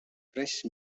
fresh